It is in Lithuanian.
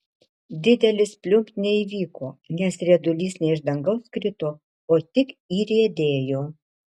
didelis pliumpt neįvyko nes riedulys ne iš dangaus krito o tik įriedėjo